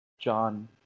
John